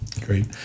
Great